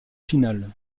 finale